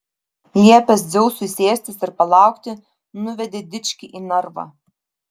liepęs dzeusui sėstis ir palaukti nuvedė dičkį į narvą